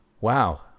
wow